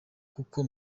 kuko